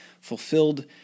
fulfilled